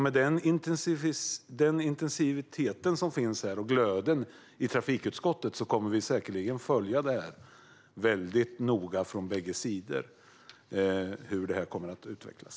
Med den intensitet och glöd som finns i trafikutskottet kommer vi säkerligen att från bägge sidor noga följa hur detta kommer att utvecklas.